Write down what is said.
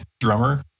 drummer